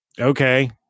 okay